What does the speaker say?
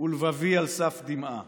ולבבי סף דמעה.